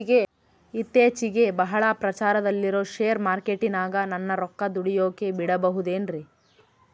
ಇತ್ತೇಚಿಗೆ ಬಹಳ ಪ್ರಚಾರದಲ್ಲಿರೋ ಶೇರ್ ಮಾರ್ಕೇಟಿನಾಗ ನನ್ನ ರೊಕ್ಕ ದುಡಿಯೋಕೆ ಬಿಡುಬಹುದೇನ್ರಿ?